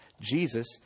Jesus